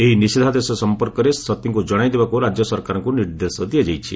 ଏହି ନିଷେଧାଦେଶ ସଫପର୍କରେ ସଭିଙ୍କୁ ଜଣାଇଦେବାକୁ ରାଜ୍ୟ ସରକାରଙ୍କୁ ନିର୍ଦ୍ଦେଶ ଦିଆଯାଇଛି